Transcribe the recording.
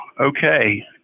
okay